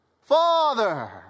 Father